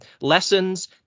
lessons